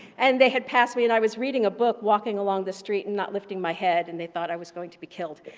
and they had passed me and i was reading a book walking along the street and not lifting my head and they thought i was going to be killed,